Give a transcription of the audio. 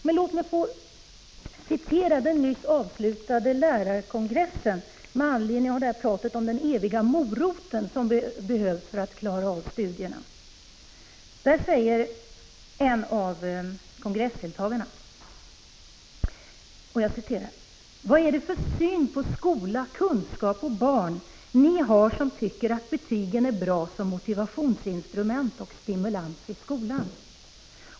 Låt mig med anledning av det eviga talet om moroten som behövs för att klara av studierna få citera från den nyss avslutade lärarkongressen. Där sade en av kongressdeltagarna: ”Vad är det för syn på skola, kunskap och barn ni har som tycker att betygen är bra som motivationsinstrument och stimulans i skolan?